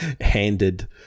handed